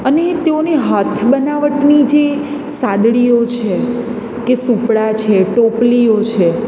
અને તેઓની હાથ બનાવટની જે સાદડીઓ છે કે સૂપડાં છે ટોપલીઓ છે